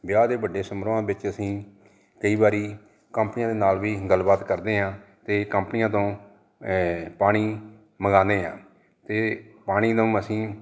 ਵਿਆਹ ਦੇ ਵੱਡੇ ਸਮਰੋਹਾਂ ਵਿੱਚ ਅਸੀਂ ਕਈ ਵਾਰੀ ਕੰਪਨੀਆਂ ਦੇ ਨਾਲ ਵੀ ਗੱਲਬਾਤ ਕਰਦੇ ਆਂ ਤੇ ਕੰਪਨੀਆਂ ਤੋਂ ਪਾਣੀ ਮੰਗਾਂਦੇ ਆ ਤੇ ਪਾਣੀ ਨੂੰ ਅਸੀਂ